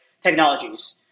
technologies